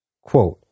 Quote